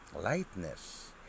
lightness